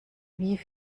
wie